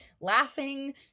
laughing